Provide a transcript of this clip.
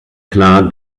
klar